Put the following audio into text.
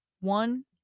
one